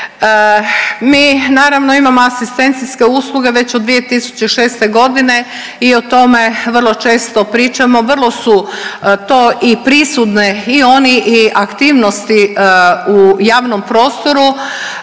Mi naravno imamo asistencijske usluge već od 2006.g. i o tome vrlo često pričamo, vrlo su to i prisutne i oni i aktivnosti u javnom prostoru